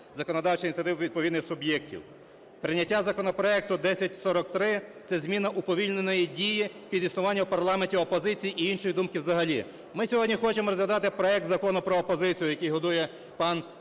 законодавчих ініціатив відповідних суб'єктів. Прийняття законопроекту 1043 – це міна уповільненої дії під існування в парламенті опозиції і іншої думки взагалі. Ми сьогодні хочемо розглядати проект Закону про опозицію, який готує пан Руслан